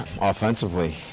offensively